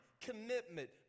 commitment